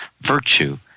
virtue